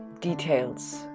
details